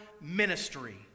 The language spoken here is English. ministry